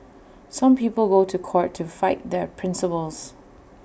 some people go to court to fight their principles